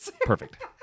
perfect